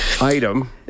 item